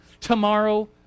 tomorrow